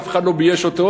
אף אחד לא בייש אותו,